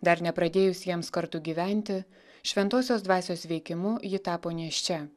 dar nepradėjus jiems kartu gyventi šventosios dvasios veikimu ji tapo nėščia